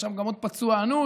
היה שם גם עוד פצוע אנוש,